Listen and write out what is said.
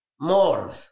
more